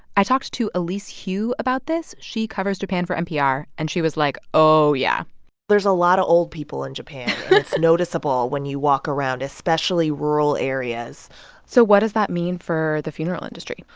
i talked to elise hu about this. she covers japan for npr. and she was like, oh, yeah there's a lot of old people in japan and it's noticeable when you walk around, especially rural areas so what does that mean for the funeral industry?